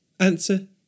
Answer